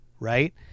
Right